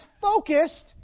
focused